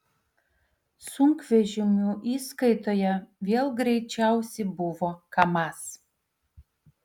sunkvežimių įskaitoje vėl greičiausi buvo kamaz